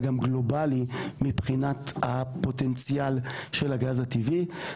גם גלובלי מבחינת הפוטנציאל של הגז הטבעי.